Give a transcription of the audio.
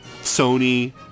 Sony